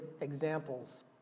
examples